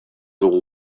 dugu